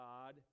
God